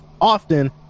often